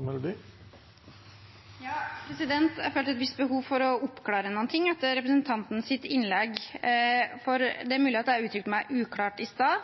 mulig at jeg uttrykte meg uklart i sted.